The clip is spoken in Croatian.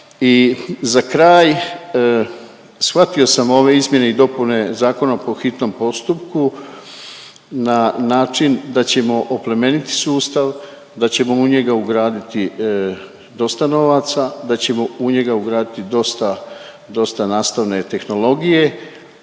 za kraj shvatio sam ove izmjene i dopune zakona po hitnom postupku na način da ćemo oplemeniti sustav, da ćemo u njega ugraditi dosta novaca, da ćemo u njega ugraditi dosta, dosta nastavne tehnologije,